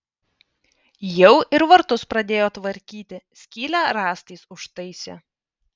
jau ir vartus pradėjo tvarkyti skylę rąstais užtaisė